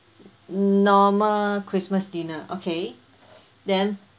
normal christmas dinner okay then